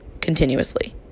continuously